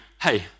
hey